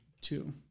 Two